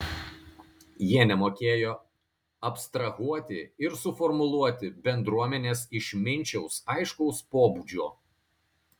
jie nemokėjo abstrahuoti ir suformuluoti bendruomenės išminčiaus aiškaus pobūdžio